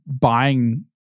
buying